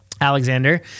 Alexander